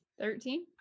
Thirteen